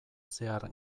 zehar